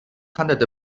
handed